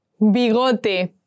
Bigote